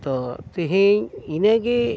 ᱛᱚ ᱛᱮᱦᱮᱧ ᱤᱱᱟᱹᱜᱮ